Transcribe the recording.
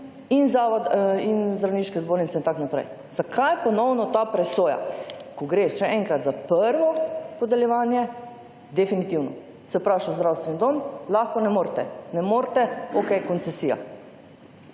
in Zdravniške zbornice in tako naprej? Zakaj ponovno ta presoja? Ko gre, še enkrat, za prvo podeljevanje definitivno, se vpraša zdravstveni dom »Lahko? Ne morete? Ne morete? Okej, koncesija«.